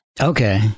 Okay